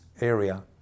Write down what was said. area